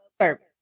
service